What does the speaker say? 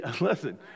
Listen